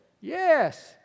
Yes